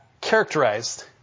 characterized